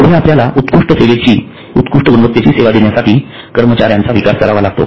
पुढे आपल्याला उत्कृष्ट गुणवत्तेची सेवा देण्यासाठी कर्मचाऱ्यांचा विकास करावा लागतो